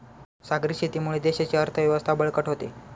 सागरी शेतीमुळे देशाची अर्थव्यवस्था बळकट होते